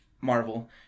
Marvel